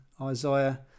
isaiah